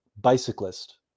bicyclist